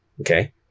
Okay